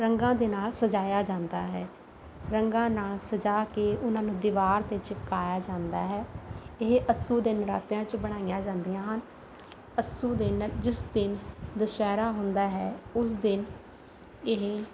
ਰੰਗਾਂ ਦੇ ਨਾਲ ਸਜਾਇਆ ਜਾਂਦਾ ਹੈ ਰੰਗਾਂ ਨਾਲ ਸਜਾ ਕੇ ਉਹਨਾਂ ਨੂੰ ਦੀਵਾਰ 'ਤੇ ਚਿਪਕਾਇਆ ਜਾਂਦਾ ਹੈ ਇਹ ਅੱਸੂ ਦੇ ਨਰਾਤਿਆਂ 'ਚ ਬਣਾਈਆਂ ਜਾਂਦੀਆਂ ਹਨ ਅੱਸੂ ਦਿਨ ਜਿਸ ਦਿਨ ਦੁਸਹਿਰਾ ਹੁੰਦਾ ਹੈ ਉਸ ਦਿਨ ਇਹ